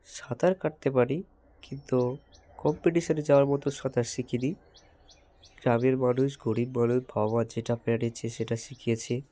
সাঁতার কাটতে পারি কিন্তু কম্পিটিশানে যাওয়ার মতো সাঁতার শিখিনি গ্রামের মানুষ গরীব বলে মানুষ বাবা মা যেটা পেরেছে সেটা শিখিয়েছে